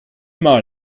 mal